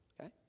okay